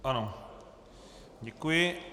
Ano, děkuji.